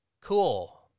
Cool